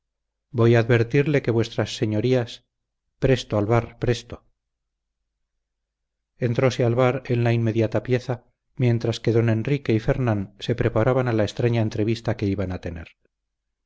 voy a advertirle que vuestras señorías presto alvar presto entróse alvar en la inmediata pieza mientras que don enrique y fernán se preparaban a la extraña entrevista que iban a tener